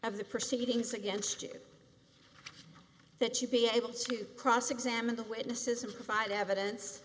of the proceedings against you that you be able to cross examine the witnesses and provide evidence